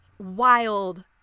wild